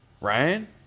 Ryan